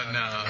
no